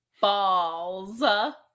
balls